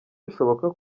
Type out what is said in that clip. bishoboka